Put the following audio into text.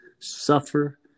suffer